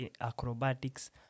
acrobatics